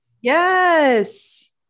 yes